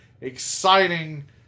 exciting